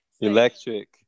electric